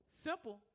Simple